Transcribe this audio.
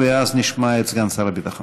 ואז נשמע את סגן שר הביטחון.